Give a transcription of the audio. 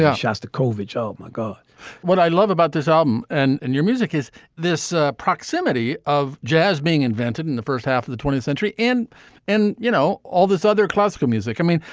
yeah shostakovich. oh, my god what i love about this album and and your music is this proximity of jazz being invented in the first half of the twentieth century. and and you know, all this other classical music, i mean,